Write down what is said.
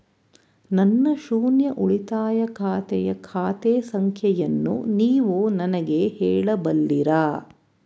ನನ್ನ ಶೂನ್ಯ ಉಳಿತಾಯ ಖಾತೆಯ ಖಾತೆ ಸಂಖ್ಯೆಯನ್ನು ನೀವು ನನಗೆ ಹೇಳಬಲ್ಲಿರಾ?